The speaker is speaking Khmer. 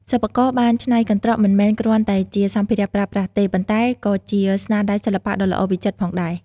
សិប្បករបានច្នៃកន្ត្រកមិនមែនគ្រាន់តែជាសម្ភារៈប្រើប្រាស់ទេ ប៉ុន្តែក៏ជាស្នាដៃសិល្បៈដ៏ល្អវិចិត្រផងដែរ។